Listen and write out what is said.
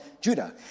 Judah